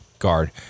guard